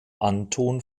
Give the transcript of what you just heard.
anton